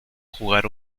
jugar